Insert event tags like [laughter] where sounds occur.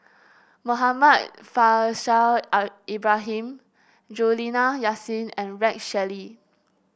Muhammad Faishal [unintelligible] Ibrahim Juliana Yasin and Rex Shelley